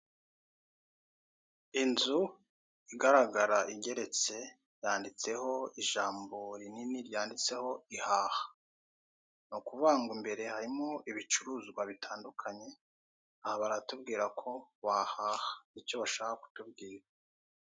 Inzu igaragara igeretse yanditseho ijambo rinini ryanditseho ihaha, ni ukuvuga ngo imbere harimo ibicuruzwa bitandukanye aha baratubwira ko wahaha nicyo bashaka kutubwira.